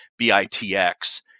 BITX